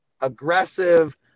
Aggressive